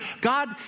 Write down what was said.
God